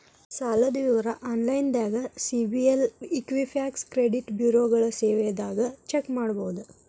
ಸಾಲದ್ ವಿವರ ಆನ್ಲೈನ್ಯಾಗ ಸಿಬಿಲ್ ಇಕ್ವಿಫ್ಯಾಕ್ಸ್ ಕ್ರೆಡಿಟ್ ಬ್ಯುರೋಗಳ ಸೇವೆದಾಗ ಚೆಕ್ ಮಾಡಬೋದು